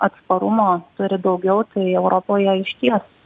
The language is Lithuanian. atsparumo turi daugiau tai europoje išties